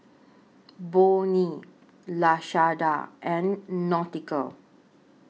Bonnie Lashanda and Nautica